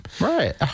Right